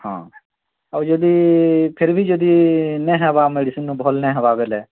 ହଁ ଆଉ ଯଦି ଫିରବି ଯଦି ନାଇଁ ହେବା ମେଡ଼ିସିନରେ ଭଲ ନାଇଁ ହେବା ବେଲେ